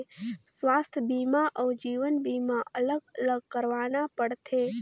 स्वास्थ बीमा अउ जीवन बीमा अलग अलग करवाना पड़थे?